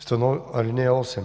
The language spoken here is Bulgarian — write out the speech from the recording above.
(8)